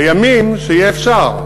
לימים שיהיה אפשר.